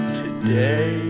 today